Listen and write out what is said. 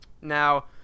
Now